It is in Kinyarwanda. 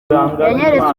yanyeretse